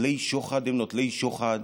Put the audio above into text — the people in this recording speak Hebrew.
נוטלי שוחד הם נוטלי שוחד,